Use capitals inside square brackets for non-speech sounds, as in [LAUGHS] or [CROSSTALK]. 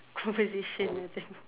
conversation [LAUGHS] I think